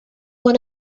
one